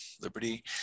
Liberty